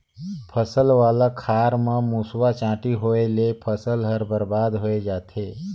फसल वाला खार म मूसवा, चांटी होवयले फसल हर बरबाद होए जाथे